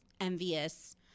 envious